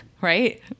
right